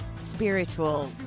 spiritual